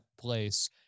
place